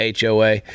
HOA